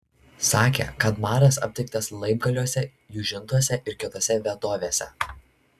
sakė kad maras aptiktas laibgaliuose jūžintuose ir kitose vietovėse